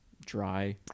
dry